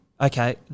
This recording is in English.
Okay